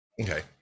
Okay